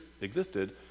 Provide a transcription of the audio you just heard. existed